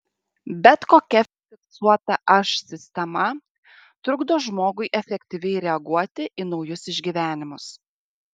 bet kokia fiksuota aš sistema trukdo žmogui efektyviai reaguoti į naujus išgyvenimus